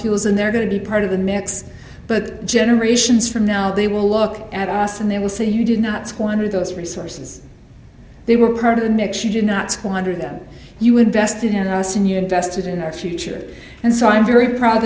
fuels and they're going to be part of the mix but generations from now they will look at us and they will say you did not squander those resources they were part of the mix you did not squander them you invested in us and you invested in our future and so i'm very proud